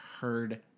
heard